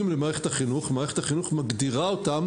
למערכת החינוך ושמערכת החינוך מגדירה אותם